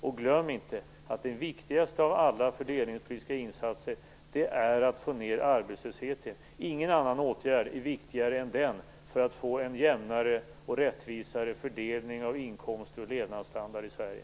Och glöm inte att den viktigaste av alla fördelningspolitiska insatser är att få ned arbetslösheten. Ingen annan åtgärd är viktigare än den för att få en jämnare och rättvisare fördelning av inkomster och levnadsstandard i Sverige.